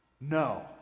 No